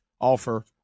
offer